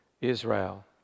Israel